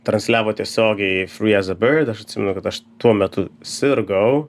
transliavo tiesiogiai free as a bird aš atsimenu kad aš tuo metu sirgau